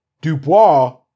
Dubois